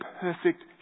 perfect